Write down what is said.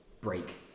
break